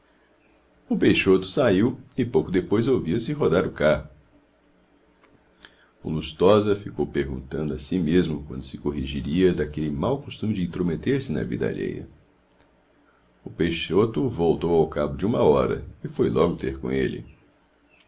o peixoto saiu e pouco depois ouvia-se rodar o carro o lustosa ficou perguntando a si mesmo quando se corrigiria daquele mau costume de intrometer-se na vida alheia o peixoto voltou ao cabo de uma hora e foi logo ter com ele